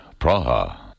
Praha